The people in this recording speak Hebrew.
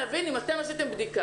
לעבוד.